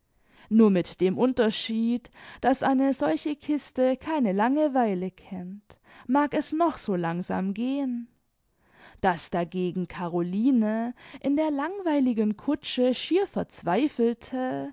nur mit dem unterschied daß eine solche kiste keine langeweile kennt mag es noch so langsam gehen daß dagegen caroline in der langweiligen kutsche schier verzweifelte